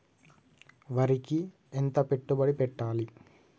వరికి ఎంత పెట్టుబడి పెట్టాలి?